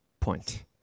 point